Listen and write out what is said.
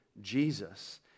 Jesus